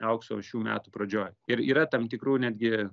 aukso šių metų pradžioj ir yra tam tikrų netgi